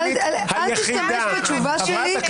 את מבקשת ממנו שיפרש את החוק?